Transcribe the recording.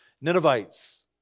Ninevites